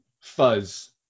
fuzz